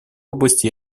области